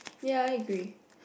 ya I agree